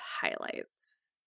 highlights